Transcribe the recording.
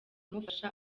kumufasha